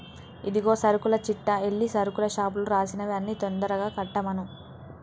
ఇదిగో సరుకుల చిట్టా ఎల్లి సరుకుల షాపులో రాసినవి అన్ని తొందరగా కట్టమను